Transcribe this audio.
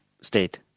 state